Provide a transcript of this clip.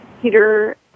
Peter